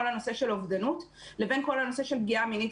הנושא של אובדנות לבין כל הנושא של פגיעה מינית,